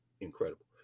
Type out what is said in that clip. incredible